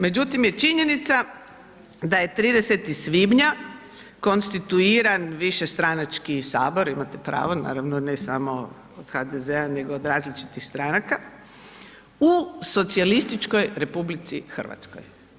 Međutim je činjenica da je 30. svibnja konstituiran višestranački sabor, imate pravo, naravno ne samo od HDZ-a nego od različitih stranaka u Socijalističkoj Republici Hrvatskoj.